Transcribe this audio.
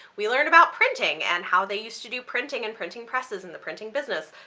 we learn about printing and how they used to do printing and printing presses and the printing business.